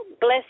bless